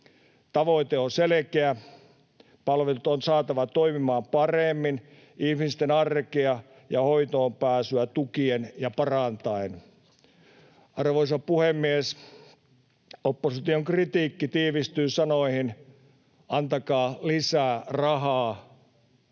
Tavoite on selkeä: palvelut on saatava toimimaan paremmin ihmisten arkea ja hoitoonpääsyä tukien ja parantaen. Arvoisa puhemies! Opposition kritiikki tiivistyy sanoihin ”antakaa lisää rahaa”,